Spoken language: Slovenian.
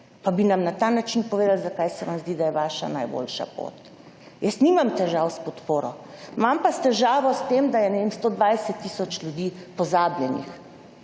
pa bi nam na ta način povedali, zakaj se vam zdi, da je vaša najboljša pot. Jaz nimam težav s podporo, imam pa težavo s tem, da je 120 tisoč ljudi pozabljenih.